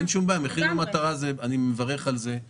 זה מה